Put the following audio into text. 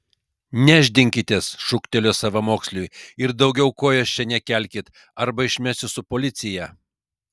nešdinkitės šūktelėjo savamoksliui ir daugiau kojos čia nekelkit arba išmesiu su policija